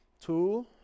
two